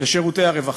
לשירותי הרווחה.